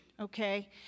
okay